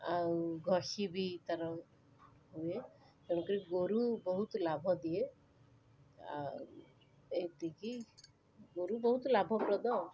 ଆଉ ଘଷି ବି ତା'ର ହୁଏ ତେଣୁକରି ଗୋରୁ ବହୁତ ଲାଭ ଦିଏ ଆଉ ଏତିକି ଗୋରୁ ବହୁତ ଲାଭପ୍ରଦ